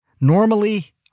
Normally